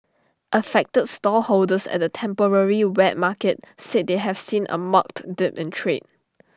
affected stallholders at the temporary wet market said they have seen A marked dip in trade